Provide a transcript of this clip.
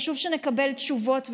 חשוב שנקבל תשובות,